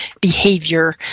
behavior